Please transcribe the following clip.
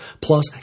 plus